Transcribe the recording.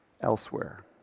elsewhere